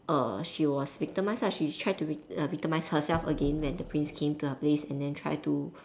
err she was victimised lah she tried to vic~ err victimise herself again when the prince came to her place and then try to